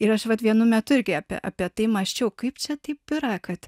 ir aš vat vienu metu irgi apie apie tai mąsčiau kaip čia taip yra kad